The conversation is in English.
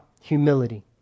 humility